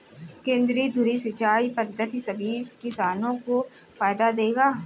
केंद्रीय धुरी सिंचाई पद्धति सभी किसानों को फायदा देगा